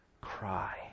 cry